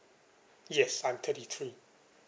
yes I'm thirty three